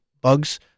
bugs